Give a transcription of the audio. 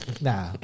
nah